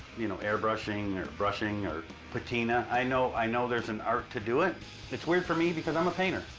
you know, airbrushing or brushing or patina. i know i know there's an art to do it. and it's weird for me, because i'm a painter.